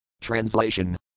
Translation